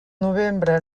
novembre